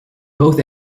both